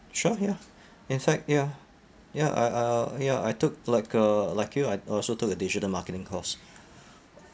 sure ya in fact ya ya I uh uh ya I took like a like you I also took a digital marketing course